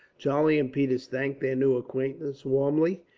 charlie and peters thanked their new acquaintance, warmly,